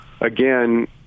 again